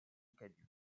cadieux